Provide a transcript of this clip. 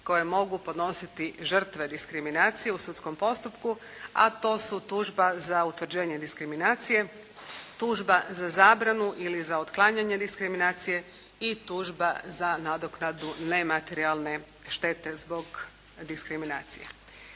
koje mogu podnositi žrtve diskriminacije u sudskom postupku, a to su tužba za utvrđenje diskriminacije, tužba za zabranu ili za otklanjanje diskriminacije i tužba za nadoknadu nematerijalne štete zbog diskriminacije.